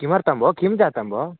किमर्थं भोः किं जातं भोः